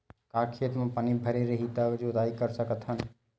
का खेत म पानी भरे रही त जोताई कर सकत हन?